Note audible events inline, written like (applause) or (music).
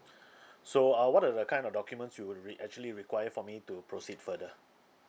(breath) so uh what are the kind of documents you would re~ actually require for me to proceed further